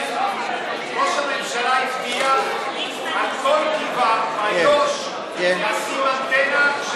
ראש הממשלה הבטיח על כל גבעה באיו"ש לשים אנטנה,